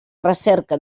recerca